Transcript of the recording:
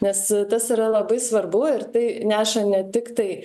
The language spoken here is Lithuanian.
nes tas yra labai svarbu ir tai neša ne tiktai